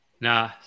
Nah